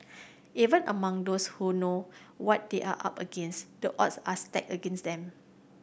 even among those who know what they are up against the odds are stacked against them